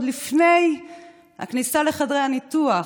עוד לפני הכניסה לחדרי הניתוח.